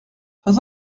pas